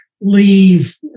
leave